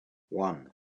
one